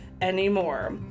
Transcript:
anymore